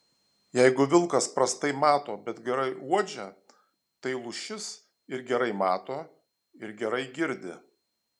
jeigu vilkas prastai mato bet gerai uodžia tai lūšis ir gerai mato ir gerai girdi